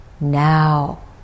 Now